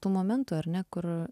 tų momentų ar ne kur